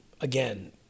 again